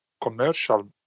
commercial